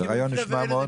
הרעיון נשמע מאוד